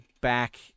back